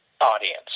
audience